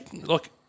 Look